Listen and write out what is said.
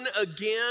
again